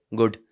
good